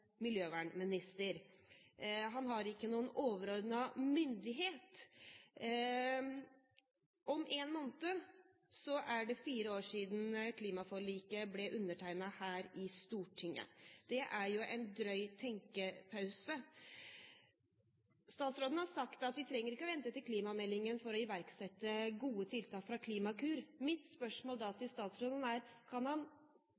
miljøvernminister, han har ingen overordnet myndighet. Om en måned er det fire år siden klimaforliket ble undertegnet her i Stortinget. Det er jo en drøy tenkepause. Statsråden har sagt at vi ikke trenger å vente til klimameldingen for å iverksette gode tiltak fra Klimakur. Mitt spørsmål til statsråden er da: Kan han,